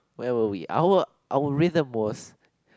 where were we our our rhythm was